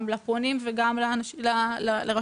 גם לפונים וגם לרשות,